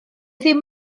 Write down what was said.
ddim